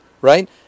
right